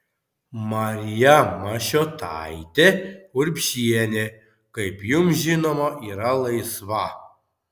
marija mašiotaitė urbšienė kaip jums žinoma yra laisva